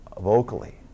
vocally